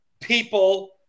people –